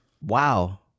Wow